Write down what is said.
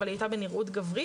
אבל היא הייתה בנראות גברית,